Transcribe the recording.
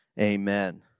Amen